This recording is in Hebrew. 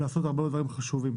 ולעוד הרבה דברים חשובים.